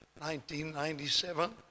1997